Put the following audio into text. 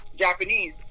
Japanese